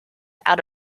out